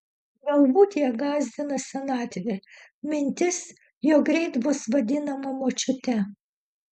galbūt ją gąsdina senatvė mintis jog greit bus vadinama močiute